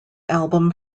album